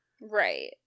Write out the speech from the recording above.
right